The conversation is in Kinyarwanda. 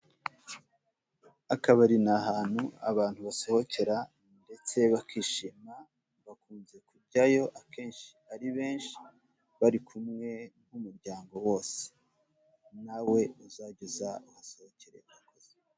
Akabari ni ahantu abantu basohokera ndetse bakishima, bakunze kujyayo akenshi ari benshi bari kumwe n'umuryango wose. Nawe uzajye uza uhasohokere murakoze.